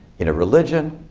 in a religion,